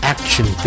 Action